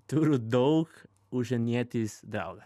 turiu daug užsienietis draugas